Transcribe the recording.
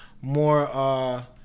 more